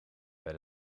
bij